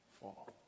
fall